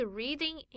reading